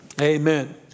Amen